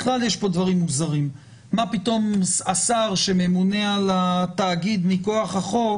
בכלל יש פה דברים מוזרים: מה פתאום השר שממונה על התאגיד מכוח החוק